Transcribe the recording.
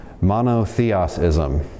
monotheism